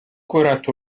كرة